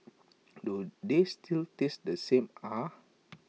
do they still taste the same ah